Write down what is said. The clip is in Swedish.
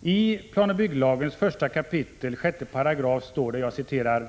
I planoch bygglagens 1 kap. 6 § står det: